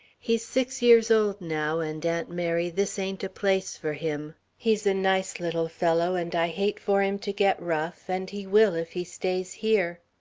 he's six years old now and aunt mary this ain't a place for him. he's a nice little fellow and i hate for him to get rough and he will if he stays here.